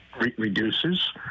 reduces